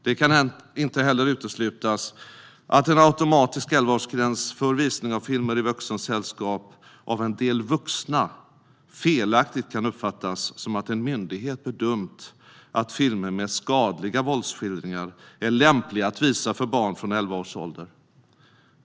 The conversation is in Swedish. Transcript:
Det kan inte heller uteslutas att en automatisk 11-årsgräns för visning av filmer i vuxens sällskap av en del vuxna felaktigt kan uppfattas som att en myndighet bedömt att filmer med skadliga våldsskildringar är lämpliga att visa för barn från 11-års ålder.